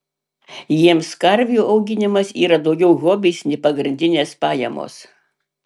jiems karvių auginimas yra daugiau hobis nei pagrindinės pajamos